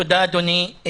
תודה, אדוני.